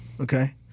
Okay